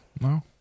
No